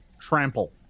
trample